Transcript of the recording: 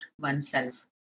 oneself